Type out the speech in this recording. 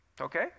Okay